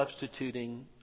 substituting